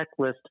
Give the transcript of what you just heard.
checklist